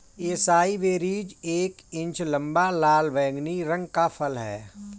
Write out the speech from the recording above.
acai berries एक inch लंबा, लाल बैंगनी रंग का फल है